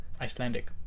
icelandic